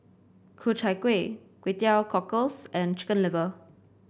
Ku Chai Kueh Kway Teow Cockles and Chicken Liver